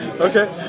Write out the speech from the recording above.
Okay